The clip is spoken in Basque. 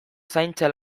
zaintza